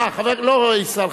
אה, לא חבר הכנסת ישראל חסון,